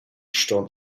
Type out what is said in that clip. ston